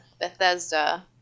bethesda